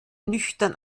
nüchtern